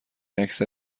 اکثر